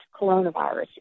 coronavirus